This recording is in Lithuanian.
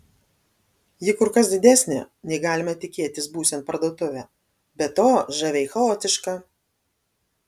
ji kur kas didesnė nei galima tikėtis būsiant parduotuvę be to žaviai chaotiška